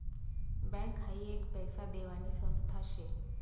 bank हाई एक पैसा देवानी संस्था शे